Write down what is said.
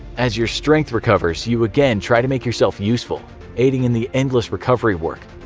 as your strength recovers, you again try to make yourself useful aiding in the endless recovery work.